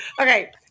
Okay